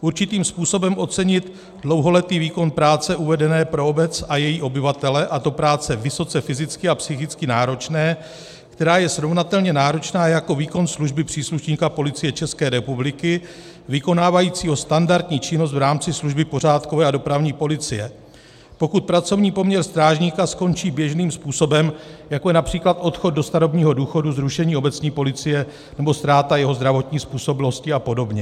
určitým způsobem ocenit dlouholetý výkon práce uvedené pro obec a její obyvatele, a to práce vysoce fyzicky a psychicky náročné, která je srovnatelně náročná jako výkon služby příslušníka Policie České republiky vykonávajícího standardní činnost v rámci služby pořádkové a dopravní policie, pokud pracovní poměr strážníka skončí běžným způsobem, jako je např. odchod do starobního důchodu, zrušení obecní policie nebo ztráta jeho zdravotní způsobilosti apod.